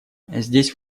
здесь